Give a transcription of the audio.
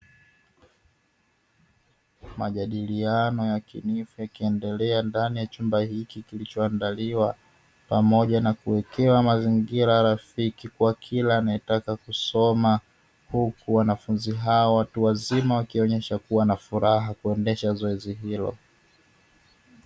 Majadiliano yakinifu yakiendelea ndani ya chumba hiki kilichoandaliwa, pamoja na kuwekewa mazingira rafiki kwa kila anayetaka kusoma; huku wanafunzi hawa watu wazima wakionyesha kuwa na furaha kuendesha zoezi hilo.